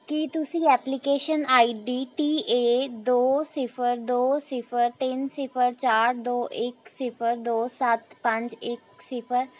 ਕੀ ਤੁਸੀਂ application I D T A ਦੋ ਸਿਫ਼ਰ ਦੋ ਸਿਫ਼ਰ ਤਿੰਨ ਸਿਫ਼ਰ ਚਾਰ ਦੋ ਇੱਕ ਸਿਫ਼ਰ ਦੋ ਸੱਤ ਪੰਜ ਇੱਕ ਸਿਫ਼ਰ